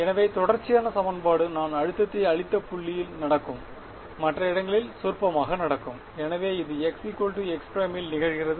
எனவே தொடர்ச்சியான சமன்பாடு நான் அழுத்தத்தை அளித்த புள்ளியில் நடக்கும் மற்ற இடங்களில் சொற்பமாக நடக்கும் எனவே இது x x' ல் நிகழ்கிறது